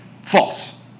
false